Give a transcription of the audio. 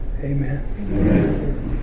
Amen